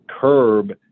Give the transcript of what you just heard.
curb